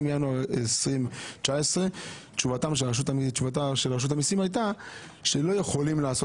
ינואר 2019-2020. תשובתה של רשות המיסים הייתה שלא יכולים לעשות